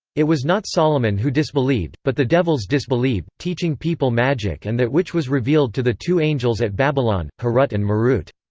it was not solomon who disbelieved, but the devils disbelieved, teaching people magic and that which was revealed to the two angels at babylon, harut and marut.